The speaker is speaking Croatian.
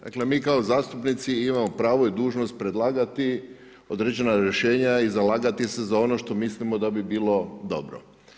Dakle mi kao zastupnici imamo pravo i dužnost predlagati određena rješenja i zalagati se za ono što mislimo da bi bilo dobro.